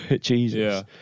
jesus